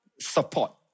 support